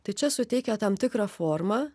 tai čia suteikia tam tikrą formą